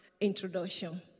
introduction